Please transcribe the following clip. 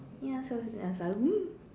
ya so I was like mm